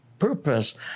purpose